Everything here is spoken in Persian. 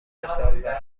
بسازند